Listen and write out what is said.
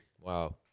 Wow